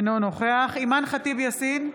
אינו נוכח אימאן ח'טיב יאסין,